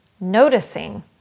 noticing